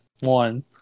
one